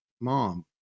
mom